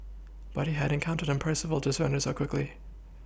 but he hadn't counted on Percival to surrender so quickly